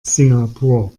singapur